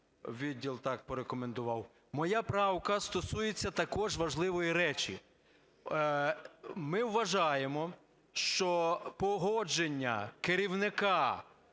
відділ так порекомендував. Моя правка стосується також важливої речі. Ми вважаємо, що погодження керівника,